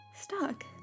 Stuck